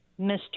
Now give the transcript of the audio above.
Mr